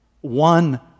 one